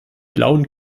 blauen